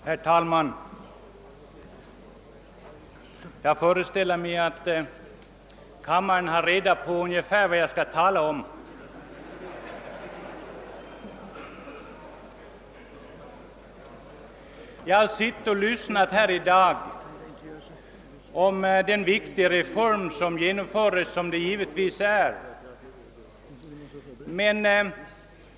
Herr talman! Jag föreställer mig att kammarens ledamöter förstår vad jag nu skall tala om. Jag har i dag suttit och lyssnat på anförandena i denna kammare om den viktiga fråga, som författningsreformen givetvis är.